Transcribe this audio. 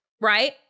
right